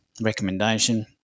recommendation